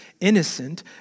innocent